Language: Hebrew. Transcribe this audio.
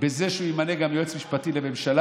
בזה שהוא ימנה גם יועץ משפטי לממשלה